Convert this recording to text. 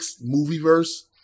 movie-verse